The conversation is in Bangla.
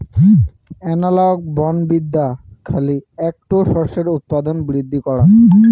অ্যানালগ বনবিদ্যা খালি এ্যাকটো শস্যের উৎপাদন বৃদ্ধি করাং